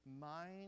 mind